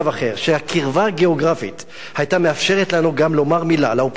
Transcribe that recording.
שהקרבה הגיאוגרפית היתה מאפשרת לנו גם לומר מלה לאופוזיציה,